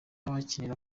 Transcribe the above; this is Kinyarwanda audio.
bakarira